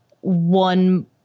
one